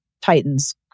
titans